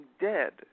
dead